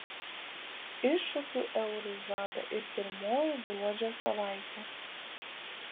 iššūkių eurui žada ir pirmoji gruodžio savaitė